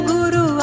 Guru